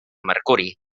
mercuri